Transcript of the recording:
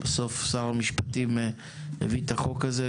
שר המשפטים הביא את החוק הזה,